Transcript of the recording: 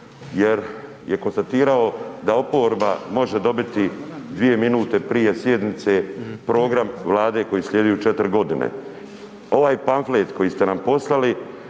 jer je konstatirao da oporba može dobiti 2 minute prije sjednice program Vlade koji slijedi u 4 godine. Ovaj pamflet koji ste nam poslali